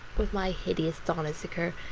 with my hideous don issachar,